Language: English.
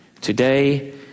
today